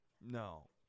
no